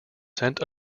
sent